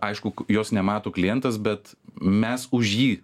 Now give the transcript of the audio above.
aišku jos nemato klientas bet mes už jį